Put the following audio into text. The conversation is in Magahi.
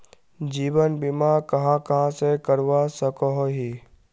जीवन बीमा कहाँ कहाँ से करवा सकोहो ही?